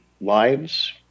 lives